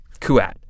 kuat